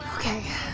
Okay